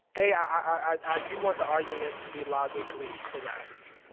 a um i do want the argument to be logically correct